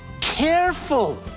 careful